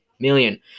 million